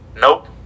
Nope